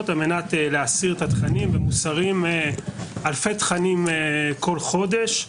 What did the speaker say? על מנת להסיר את התכנים ומוסרים אלפי תכנים כל חודש.